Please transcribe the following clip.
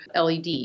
LED